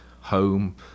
home